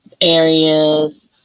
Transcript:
areas